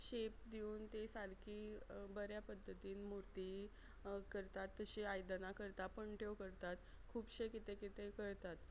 shape दिवन ते सारकी बऱ्या पद्दतीन मुर्ती करतात तशीं आयदनां करता पणट्यो करतात खुबशें कितें कितें करतात